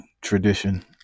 tradition